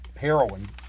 heroin